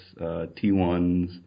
T1s